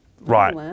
Right